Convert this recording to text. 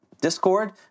Discord